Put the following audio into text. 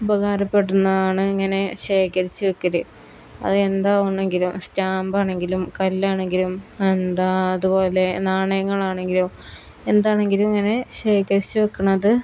ഉപകാരപ്പെടുന്നതാണ് ഇങ്ങനെ ശേഖരിച്ചു വെക്കൽ അത് എന്താവണെങ്കിലും സ്റ്റാമ്പാണെങ്കിലും കല്ലാണെങ്കിലും എന്താ അതുപോലെ നാണയങ്ങളാണെങ്കിലും എന്താണെങ്കിലും ഇങ്ങനെ ശേഖരിച്ചു വെക്കുന്നത്